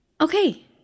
okay